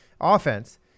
offense